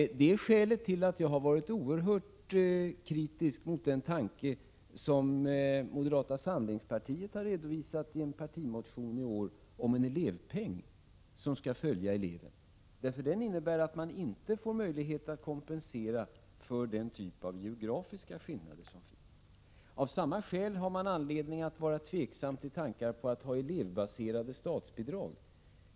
Det här är skälet till att jag varit oerhört kritisk mot den tanke som moderata samlingspartiet har redovisat i en partimotion i år om en elevpeng som skall följa eleven. Det förslaget skulle innebära att man inte får möjlighet att ge kompensation för den typ av geografiska skillnader som föreligger. Av samma skäl finns det anledning att vara tveksam till tankar om elevbaserade statsbidrag.